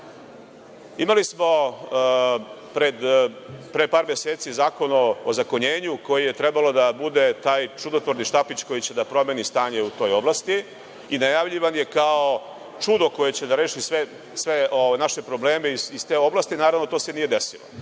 smo pre par meseci Zakon o ozakonjenju koji je trebalo da bude taj čudotvorni štapić koji će da promeni stanje u toj oblasti i najavljivan je kao čudo koje će da reši sve naše probleme iz te oblasti. Naravno, to se nije desilo. Naravno